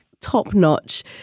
top-notch